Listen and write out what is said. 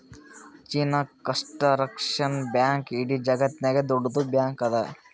China construction bank ಇಡೀ ಜಗತ್ತನಾಗೆ ದೊಡ್ಡುದ್ ಬ್ಯಾಂಕ್ ಅದಾ